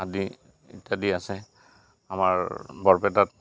আদি ইত্যাদি আছে আমাৰ বৰপেটাত